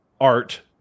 art